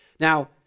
Now